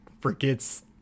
forgets